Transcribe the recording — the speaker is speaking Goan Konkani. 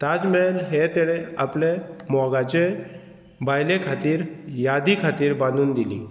ताज मेहेल हें तेणें आपले मोगाचे बायले खातीर यादी खातीर बांदून दिली